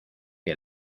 que